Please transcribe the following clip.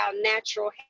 natural